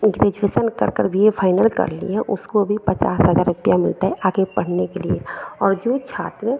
graduation करकर B A final कर लीं हैं उसको भी पचास हज़ार रुपया मिलता है आगे पढ़ने के लिए और जो छात्र